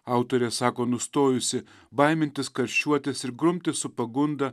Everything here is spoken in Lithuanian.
autorė sako nustojusi baimintis karščiuotis ir grumtis su pagunda